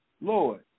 Lord